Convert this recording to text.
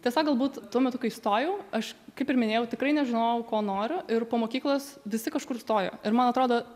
tiesiog galbūt tuo metu kai stojau aš kaip ir minėjau tikrai nežinojau ko noriu ir po mokyklos visi kažkur stojo ir man atrodo